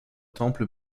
temples